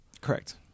Correct